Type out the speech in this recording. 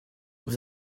vous